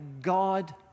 God